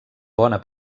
bona